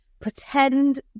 pretend